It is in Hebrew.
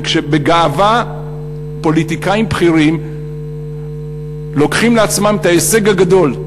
וכשבגאווה פוליטיקאים בכירים לוקחים לעצמם את ההישג הגדול.